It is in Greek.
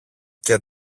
και